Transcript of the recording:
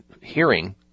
hearing